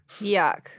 yuck